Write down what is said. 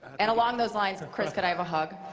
and along those lines, chris, can i have a hug?